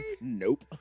Nope